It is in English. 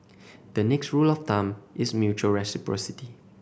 the next rule of thumb is mutual reciprocity